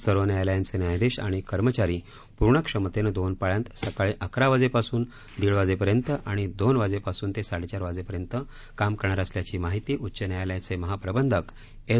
सर्व न्यायालयांचे न्यायाधिश आणि कर्मचारी पूर्ण क्षमतेनं दोन पाळ्यांत सकाळी अकरावाजेपासून दीडवाजेपर्यंत आणि दोन वाजेपासून ते साडेचार वाजेपर्यंत काम करणार असल्याची माहिती उच्च न्यायालयाचे महाप्रबंधक एस